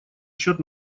счет